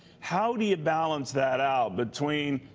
how do you balance that out between